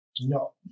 no